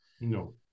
No